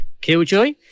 killjoy